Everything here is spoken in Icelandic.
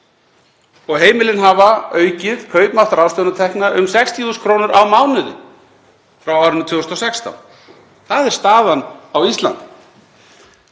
ár. Heimilin hafa aukið kaupmátt ráðstöfunartekna um 60.000 kr. á mánuði frá árinu 2016. Það er staðan á Íslandi.